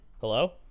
Hello